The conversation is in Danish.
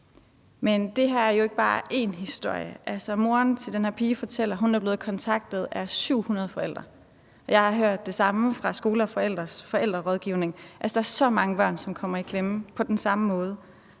Men det her er jo ikke bare én historie. Moren til den her pige fortæller, at hun er blevet kontaktet af 700 forældre. Jeg har hørt det samme fra Skole og Forældres Forældrerådgivning. Altså, der er så mange børn, som kommer i klemme på den samme måde.